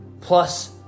plus